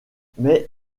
mais